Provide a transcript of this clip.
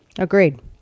Agreed